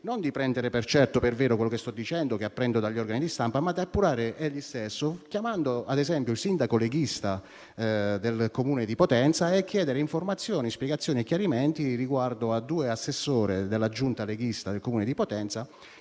non di prendere per certo e per vero quello che sto dicendo, che apprendo dagli organi di stampa, ma di appurare egli stesso, chiamando ad esempio il sindaco leghista del Comune di Potenza e chiedendogli informazioni, spiegazioni e chiarimenti riguardo a due assessori della Giunta leghista del Comune di Potenza,